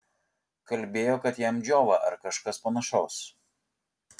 kalbėjo kad jam džiova ar kažkas panašaus